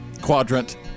quadrant